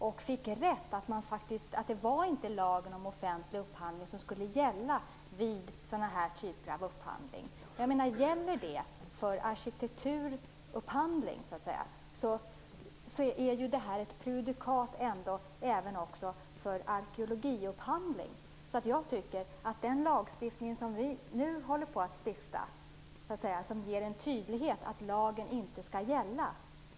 Man fick rätt. Det var inte lagen om offentlig upphandling som skulle gälla vid sådan här typ av upphandling. Om det gäller för arkitekturupphandling, är det ett prejudikat även för arkeologiupphandling. Den lagstiftning som vi nu håller på att stifta ger en tydlighet att lagen inte skall gälla.